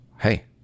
hey